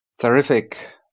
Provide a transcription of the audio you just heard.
Terrific